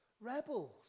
rebels